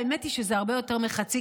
האמת היא שזה הרבה יותר מחצי,